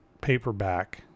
paperback